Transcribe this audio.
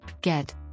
Get